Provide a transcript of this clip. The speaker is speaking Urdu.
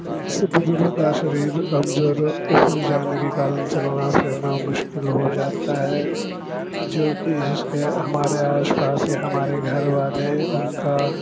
اس سے بزرگ کا شریر کمزور ہو جانے کے کارن چلنا فرنا مشکل ہو جاتا ہے جو کہ جس کے ہمارے آش پاس یا ہمارے گھر والے ان کا